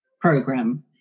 program